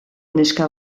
neska